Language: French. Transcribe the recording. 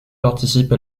participe